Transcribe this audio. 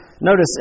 Notice